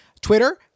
Twitter